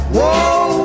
Whoa